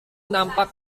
nampak